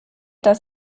dass